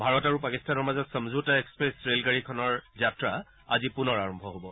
ভাৰত আৰু পাকিস্তানৰ মাজত সমঝোতা এক্সপ্ৰেছ ৰেলগাড়ীখনৰ যাত্ৰা আজি পুনৰ আৰম্ভ হ'ব